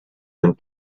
and